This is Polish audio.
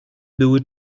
były